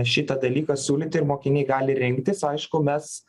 šitą dalyką siūlyti ir mokiniai gali rinktis aišku mes